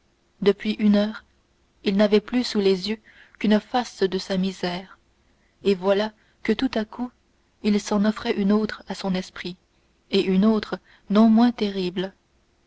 depuis une heure il n'avait plus sous les yeux qu'une face de sa misère et voilà que tout à coup il s'en offrait une autre à son esprit et une autre non moins terrible